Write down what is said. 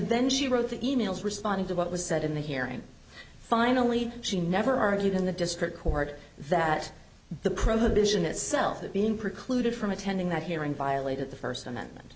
then she wrote the e mails responding to what was said in the hearing finally she never argued in the district court that the prohibition itself that being precluded from attending that hearing violated the first amendment